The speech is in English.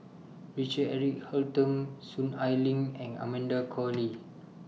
Richard Eric Holttum Soon Ai Ling and Amanda Koe Lee